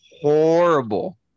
horrible